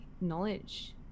knowledge